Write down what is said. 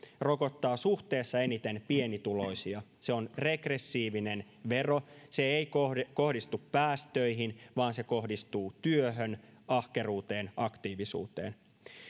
rokottaa suhteessa eniten pienituloisia se on regressiivinen vero se ei kohdistu kohdistu päästöihin vaan se kohdistuu työhön ahkeruuteen aktiivisuuteen